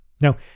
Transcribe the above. Now